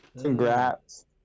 Congrats